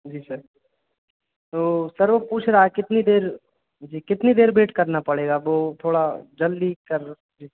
जी sir तो sir वो पूछ रहा है कितनी देर जी कितनी देर वेट करना पड़ेगा वो थोड़ा जल्दी कर जी